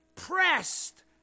pressed